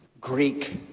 Greek